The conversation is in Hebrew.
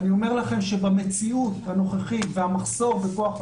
אני אומר לכם שבמציאות הנוכחית והמחסור בכוחו אדם,